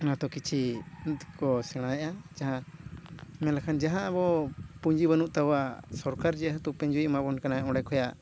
ᱚᱱᱟ ᱛᱚ ᱠᱤᱪᱷᱤ ᱠᱚ ᱥᱮᱬᱟᱭᱟ ᱡᱟᱦᱟᱸ ᱢᱮᱱ ᱞᱮᱠᱷᱟᱱ ᱡᱟᱦᱟᱸ ᱟᱵᱚ ᱯᱩᱸᱡᱤ ᱵᱟᱹᱱᱩᱜ ᱛᱟᱵᱚᱱᱟ ᱥᱚᱨᱠᱟᱨ ᱡᱮᱦᱮᱛᱩ ᱯᱩᱸᱡᱤᱭ ᱮᱢᱟᱵᱚᱱ ᱠᱟᱱᱟ ᱚᱸᱰᱮ ᱠᱷᱚᱱᱟᱜ